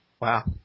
wow